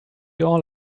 all